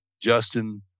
Justin